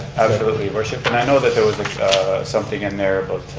absolutely your worship. and i know that there was something in there but